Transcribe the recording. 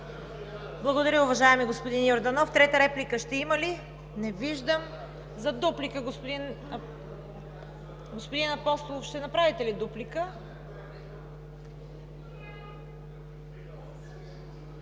Благодаря Ви, уважаеми господин Йорданов. Трета реплика ще има ли? Не виждам. (Реплики.) За дуплика? Господин Апостолов, ще направите ли дуплика?